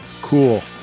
Cool